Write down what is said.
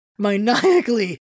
maniacally